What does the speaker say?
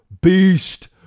beast